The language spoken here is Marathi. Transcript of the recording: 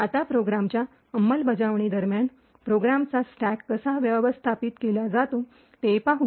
आता प्रोग्रॅमच्या अंमलबजावणी दरम्यान प्रोग्रामचा स्टॅक कसा व्यवस्थापित केला जातो ते पाहू